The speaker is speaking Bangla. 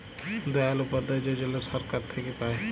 দয়াল উপাধ্যায় যজলা ছরকার থ্যাইকে পায়